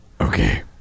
okay